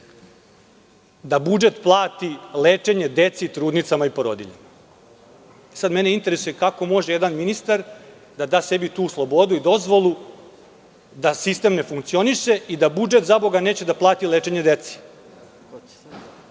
da budžet plati lečenje deci, trudnicama i porodiljama. Mene sad interesuje kako može jedan ministar da da sebi tu slobodu i dozvolu da sistem ne funkcioniše i da budžet, zaboga, neće da plati lečenje deci?